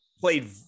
played